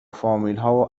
فامیلها